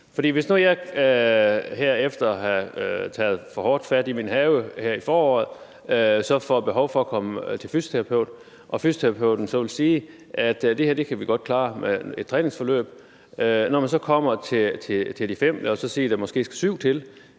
at jeg efter at have taget for hårdt fat i min have her i foråret får behov for at komme til fysioterapeut, og fysioterapeuten siger, at det kan vi godt klare med et træningsforløb. Og når jeg så har været der fem gange, og det viser sig,